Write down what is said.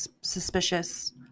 suspicious